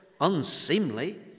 unseemly